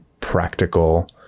practical